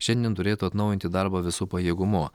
šiandien turėtų atnaujinti darbą visu pajėgumu